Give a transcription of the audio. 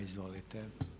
Izvolite.